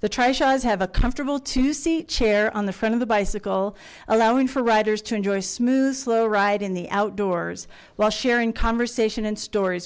the trashers have a comfortable to see chair on the front of the bicycle allowing for riders to enjoy a smooth slow ride in the outdoors while sharing conversation and stories